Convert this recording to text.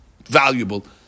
valuable